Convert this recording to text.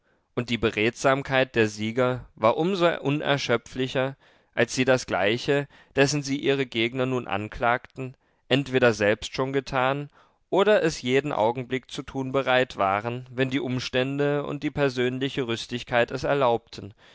und die beredsamkeit der sieger war um so unerschöpflicher als sie das gleiche dessen sie ihre gegner nun anklagten entweder selbst schon getan oder es jeden augenblick zu tun bereit waren wenn die umstände und die persönliche rüstigkeit es erlaubten